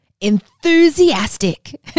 enthusiastic